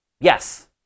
Yes